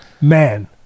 man